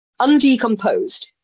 undecomposed